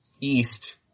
east